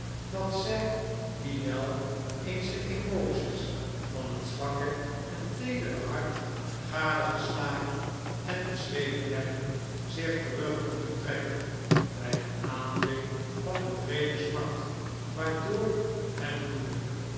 dat zij die wel eens de emoties van het zwakke en teedere hart gadegeslagen en beschreven hebben zich terug moeten trekken bij den aanblik van de wreede smart waardoor het bloedde